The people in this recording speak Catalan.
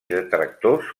detractors